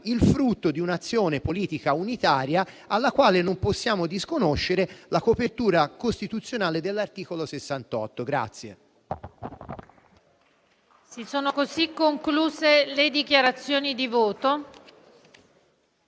il frutto di un'azione politica unitaria alla quale non possiamo disconoscere la copertura costituzionale dell'articolo 68.